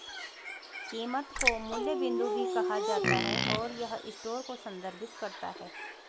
कीमत को मूल्य बिंदु भी कहा जाता है, और यह स्टोर को संदर्भित करता है